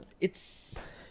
it's-